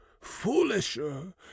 foolisher